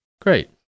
Great